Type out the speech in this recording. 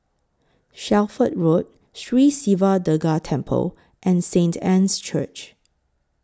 Shelford Road Sri Siva Durga Temple and Saint Anne's Church